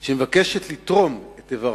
והיא מבקשת לתרום את איבריו.